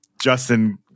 justin